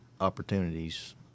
opportunities